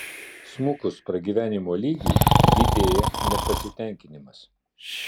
smukus pragyvenimo lygiui didėjo nepasitenkinimas